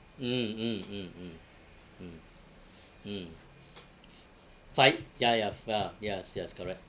mm mm mm mm mm mm flight ya ya f~ ya yes yes correct